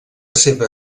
seva